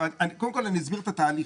קודם כל אני אסביר את התהליך.